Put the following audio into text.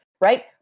right